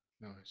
Nice